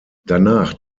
danach